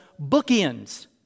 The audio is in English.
bookends